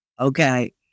Okay